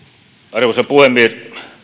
arvoisa puhemies